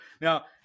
now